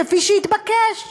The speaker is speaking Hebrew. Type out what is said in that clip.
כפי שהתבקש.